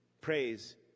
praise